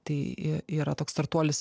tai yra toks startuolis